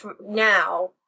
now